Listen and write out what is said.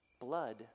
blood